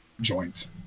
joint